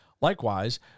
Likewise